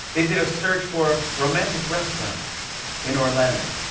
they did a search for romantic restaurants in orlando.